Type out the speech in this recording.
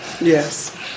Yes